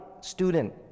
student